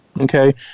Okay